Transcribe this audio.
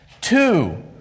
Two